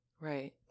Right